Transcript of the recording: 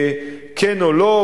כן או לא,